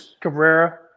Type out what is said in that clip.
Cabrera